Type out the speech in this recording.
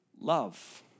love